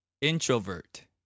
Introvert